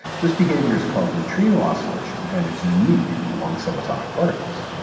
this behavior is called neutrino oscillation and it's unique among subatomic particles.